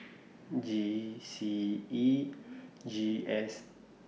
G C E G S